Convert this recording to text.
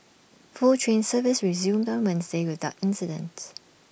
full train service resumed on Wednesday without incident